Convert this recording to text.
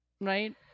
Right